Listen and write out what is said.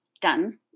done